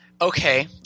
Okay